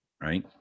Right